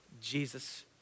Jesus